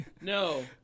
No